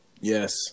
Yes